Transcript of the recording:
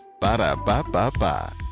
Ba-da-ba-ba-ba